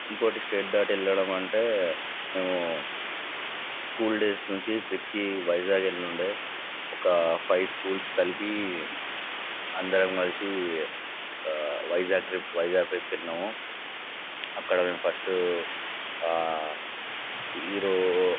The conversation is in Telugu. ఇంకోటి స్టేట్ దాటి వెళ్ళడం అంటే మేము స్కూల్ డేస్ నుంచి ట్రిప్కి వైజాగ్ వెళ్ళు ఉండే ఒక ఫైవ్ స్కూల్స్ కలిపి అందరం కలిసి వైజాగ్ ట్రిప్ వైజాగ్ ట్రిప్ కు వెళ్ళినాము అక్కడ మేము ఫస్ట్ ఈ రో